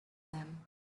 them